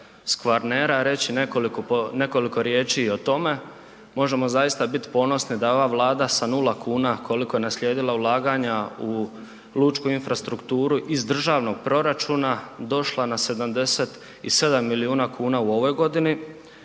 Kvarnera, reći nekoliko, nekoliko riječi i o tome. Možemo zaista bit ponosni da ova Vlada sa 0 kuna koliko je naslijedila ulaganja u lučku infrastrukturu iz državnog proračuna došla na 77 milijuna kuna u ovoj godini.